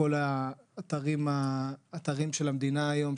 בכל האתרים של המדינה היום,